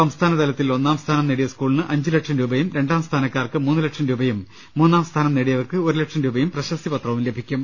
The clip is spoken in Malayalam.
സംസ്ഥാനതലത്തിൽ ഒന്നാം സ്ഥാനം നേടിയ സ്കൂളിന് അഞ്ചുലക്ഷം രൂപയും രണ്ടാം സ്ഥാനക്കാർക്ക് മൂന്നു ലക്ഷം രൂപയും മൂന്നാം സ്ഥാനം നേടിയവർക്ക് ഒരു ലക്ഷം രൂപയും പ്രശസ്തി പത്രവും ലഭിക്കും